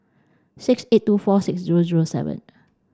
six eight two four six zero zero seven